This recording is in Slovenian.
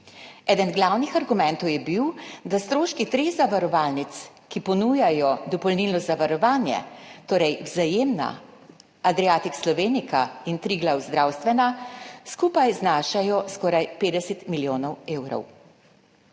Eden glavnih argumentov je bil, da stroški treh zavarovalnic, ki ponujajo dopolnilno zavarovanje, torej Vzajemna, Adriatic Slovenica in Triglav, zdravstvena, skupaj znašajo skoraj 50 milijonov evrov.